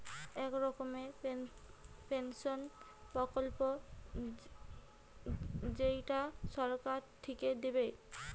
এক রকমের পেনসন প্রকল্প যেইটা সরকার থিকে দিবে